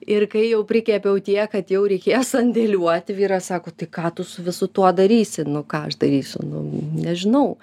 ir kai jau prikepiau tiek kad jau reikėjo sandėliuoti vyras sako tai ką tu su visu tuo darysi nu ką aš darysiu nu nežinau